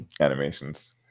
animations